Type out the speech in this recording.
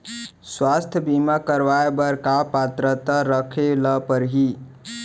स्वास्थ्य बीमा करवाय बर का पात्रता रखे ल परही?